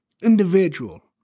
individual